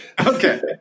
Okay